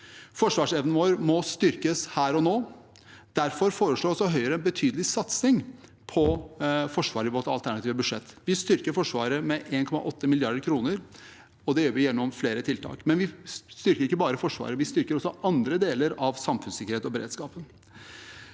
Forsvarsevnen vår må styrkes her og nå. Derfor foreslår Høyre en betydelig satsing på Forsvaret i sitt alternative budsjett. Vi styrker Forsvaret med 1,8 mrd. kr, og det gjør vi gjennom flere tiltak. Vi styrker ikke bare Forsvaret, vi styrker også andre deler av samfunnssikkerhet og beredskap.